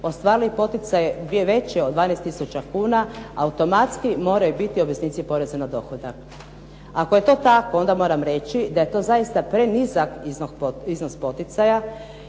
ostvarili poticaje veće od 12 tisuća kuna automatski moraju biti obveznici poreza na dohodak? Ako je to tako onda moram reći da je to zaista prenizak iznos poticaja